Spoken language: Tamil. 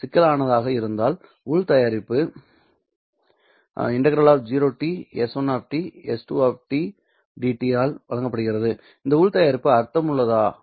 சிக்கலானதாக இருந்தால் உள் தயாரிப்பு ∫0T s1 s2 ¿ dt ஆல் வழங்கப்படுகிறது இந்த உள் தயாரிப்பு அர்த்தமுள்ளதா ஆம்